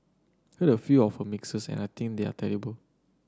heard a few of her mixes and I think they are terrible